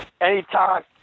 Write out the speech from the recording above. anytime